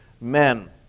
men